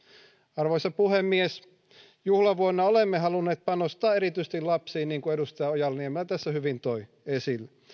arvoisa puhemies juhlavuonna olemme halunneet panostaa erityisesti lapsiin niin kuin edustaja ojala niemelä tässä hyvin toi esille